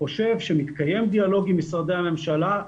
חושב שמתקיים דיאלוג עם משרדי הממשלה.